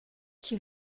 she